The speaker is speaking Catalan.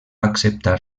acceptar